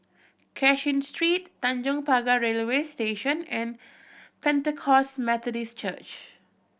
Cashin Street Tanjong Pagar Railway Station and Pentecost Methodist Church